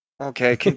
Okay